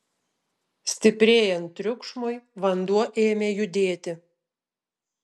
stiprėjant triukšmui vanduo ėmė judėti